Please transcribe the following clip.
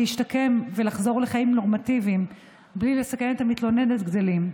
להשתקם ולחזור לחיים נורמטיביים בלי לסכן את המתלוננת גדלים.